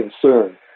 concern